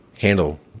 handle